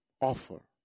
offer